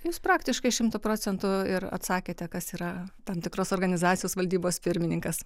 jūs praktiškai šimtu procentų ir atsakėte kas yra tam tikros organizacijos valdybos pirmininkas